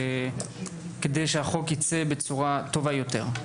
היה כדי שהחוק יצא בצורה טובה יותר.